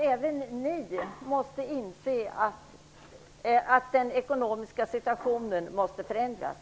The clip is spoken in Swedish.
Även ni måste inse att den ekonomiska situationen måste förändras.